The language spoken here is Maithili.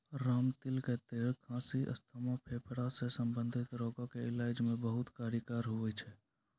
रामतिल के तेल खांसी, अस्थमा, फेफड़ा सॅ संबंधित रोग के इलाज मॅ बहुत कारगर होय छै